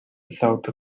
without